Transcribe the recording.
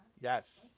Yes